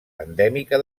endèmica